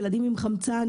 ילדים עם מיכל חמצן,